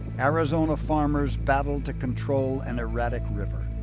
arizona farmers battled to control an erratic river.